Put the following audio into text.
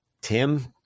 Tim